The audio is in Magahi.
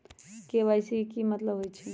के.वाई.सी के कि मतलब होइछइ?